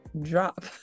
drop